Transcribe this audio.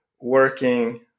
working